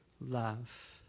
love